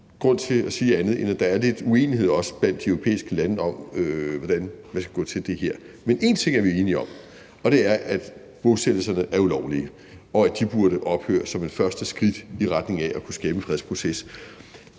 grund til at sige andet, end at der også er noget uenighed blandt de europæiske lande om, hvordan man skal gå til det her. Men én ting er vi enige om, og det er, at bosættelserne er ulovlige, og at de burde ophøre som et første skridt i retning af at kunne skabe en fredsproces.